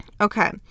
Okay